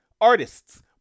artists